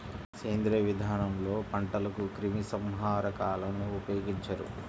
సేంద్రీయ విధానంలో పంటలకు క్రిమి సంహారకాలను ఉపయోగించరు